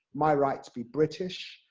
my right to be british,